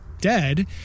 dead